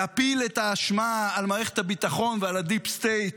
להפיל את האשמה על מערכת הביטחון ועל הדיפ-סטייט,